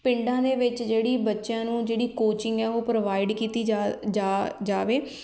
ਪਿੰਡਾਂ ਦੇ ਵਿੱਚ ਜਿਹੜੀ ਬੱਚਿਆਂ ਨੂੰ ਜਿਹੜੀ ਕੋਚਿੰਗ ਹੈ ਉਹ ਪ੍ਰੋਵਾਈਡ ਕੀਤੀ ਜਾ ਜਾ ਜਾਵੇ